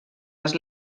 les